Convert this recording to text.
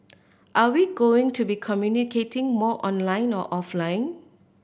are we going to be communicating more online or offline